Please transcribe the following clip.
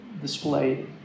Displayed